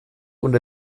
ohne